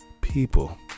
people